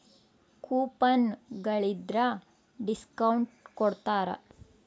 coupon ಗಳಿದ್ರ discount ಕೊಡ್ತಾರ